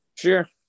Sure